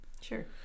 sure